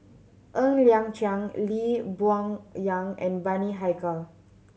Ng Liang Chiang Lee Boon Yang and Bani Haykal